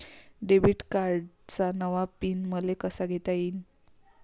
Debit कार्डचा नवा pin मले कसा घेता येईन?